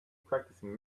practicing